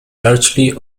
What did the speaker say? largely